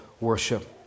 worship